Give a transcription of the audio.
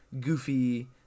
goofy